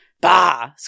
Bah